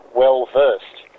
well-versed